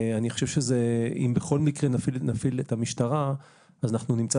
אני חושב שאם בכל מקרה נפעיל את המשטרה אז אנחנו נמצא